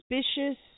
suspicious